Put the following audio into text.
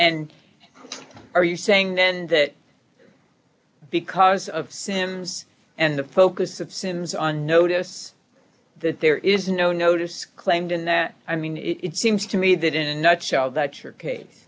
and are you saying then that because of sims and the focus of sims on notice that there is no notice claimed in that i mean it seems to me that in a nutshell that your ca